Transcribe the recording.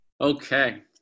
Okay